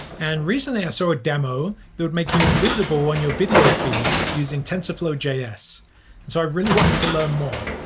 and recently, i saw a demo that would make you invisible on your video feed using tensorflow js and so i really wanted to learn more.